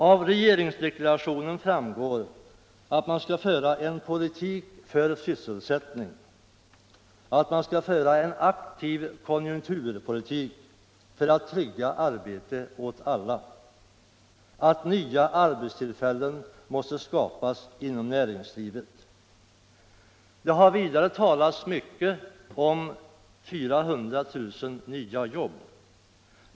Av regeringsdeklarationen framgår att man skall föra en politik för sysselsättning, att man skall föra en aktiv konjunkturpolitik för att trygga arbete åt alta och att nya arbetstillfällen måste skapas inom näringslivet. Det har vidare talats mycket om 400 000 nya jobb.